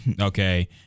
Okay